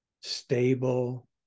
stable